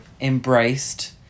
embraced